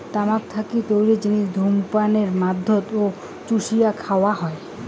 তামাক থাকি তৈয়ার জিনিস ধূমপানের মাধ্যমত ও চুষিয়া খাওয়া হয়